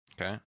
Okay